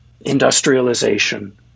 industrialization